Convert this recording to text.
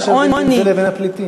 אבל מה הקשר בין זה לבין הפליטים?